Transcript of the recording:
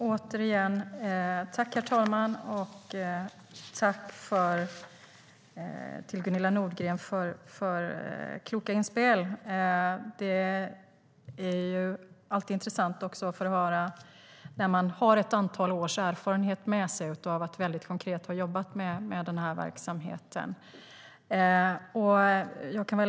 Herr talman! Återigen: Tack, Gunilla Nordgren, för kloka inspel! Det är alltid intressant att höra om detta när man har ett antal års erfarenhet av att väldigt konkret ha jobbat med den här verksamheten.